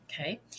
Okay